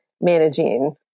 managing